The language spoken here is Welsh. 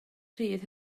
rhydd